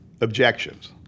Objections